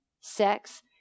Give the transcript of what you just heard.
sex